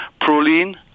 proline